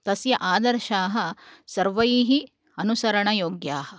तस्य आदर्शाः सर्वैः अनुसरणयोग्याः